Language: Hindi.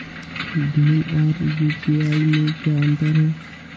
भीम और यू.पी.आई में क्या अंतर है?